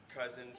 Cousin